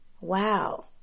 Wow